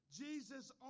Jesus